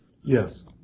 yes